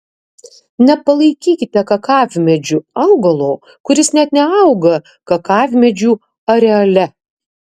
nepalaikykite kakavmedžiu augalo kuris net neauga kakavmedžių areale